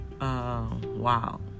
Wow